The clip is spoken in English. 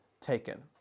taken